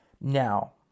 Now